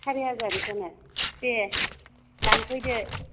सारि हाजारनिखौनो दे लांफैदो